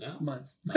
months